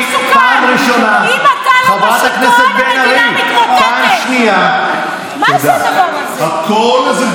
אם אתה לא בשלטון, אז הכול מסוכן.